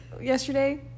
yesterday